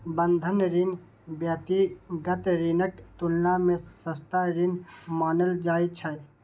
बंधक ऋण व्यक्तिगत ऋणक तुलना मे सस्ता ऋण मानल जाइ छै